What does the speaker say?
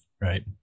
Right